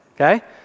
okay